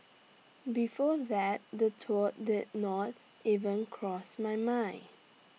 before that the thought did not even cross my mind